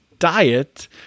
Diet